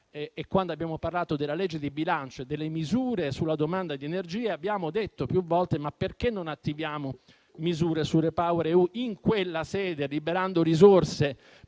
Quando abbiamo parlato della legge di bilancio e delle misure sulla domanda di energia, ci siamo chiesti più volte perché non attivavamo misure su REPowerEU in quella sede, liberando risorse per